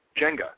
Jenga